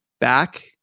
back